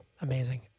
Amazing